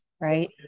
right